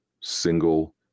single